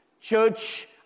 Church